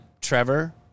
Trevor